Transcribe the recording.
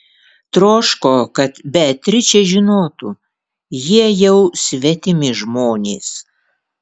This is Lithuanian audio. troško kad beatričė žinotų jie jau svetimi žmonės